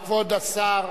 כבוד השר,